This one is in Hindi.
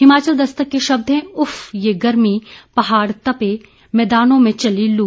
हिमाचल दस्तक के शब्द हैं ऊफ ये गर्मी पहाड़ तपे मैदानों में चली लू